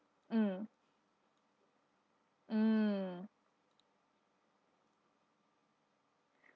mm hmm